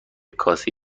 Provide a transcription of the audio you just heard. کاسه